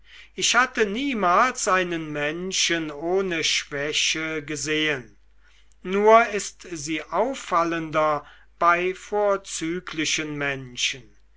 ich hatte niemals einen menschen ohne schwäche gesehen nur ist sie auffallender bei vorzüglichen menschen